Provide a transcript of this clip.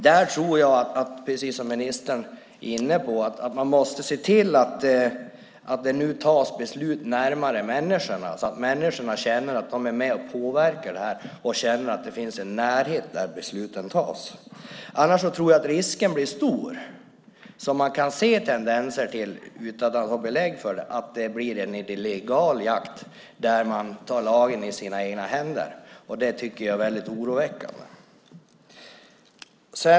Där tror jag, precis som ministern är inne på, att man måste se till att det nu tas beslut närmare människorna så att de känner att de är med och påverkar och att det finns en närhet till besluten. Annars är risken stor, vilket man kan se tendenser till utan att ha belägg för det, att det blir en illegal jakt där man tar lagen i egna händer. Det tycker jag är väldigt oroväckande.